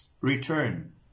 return